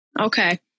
Okay